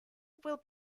will